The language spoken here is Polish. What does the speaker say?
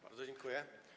Bardzo dziękuję.